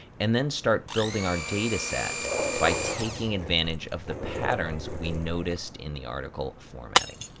and then start building our dataset by taking advantage of the patterns we noticed in the article formatting.